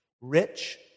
Rich